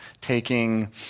taking